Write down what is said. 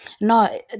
No